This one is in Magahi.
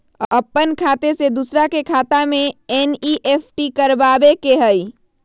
अपन खाते से दूसरा के खाता में एन.ई.एफ.टी करवावे के हई?